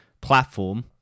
platform